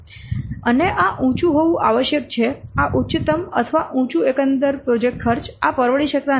અને આ ઉંચું હોવું આવશ્યક છે આ ઉચ્ચતમ અથવા ઉંચું એકંદર પ્રોજેક્ટ ખર્ચ આ પરવડી શકતા નથી